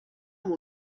amb